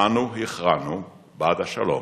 אנו הכרענו בעד השלום.